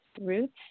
roots